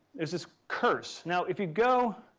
there's this curse. now if you go